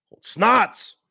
snots